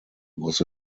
was